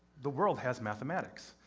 the world has mathematics.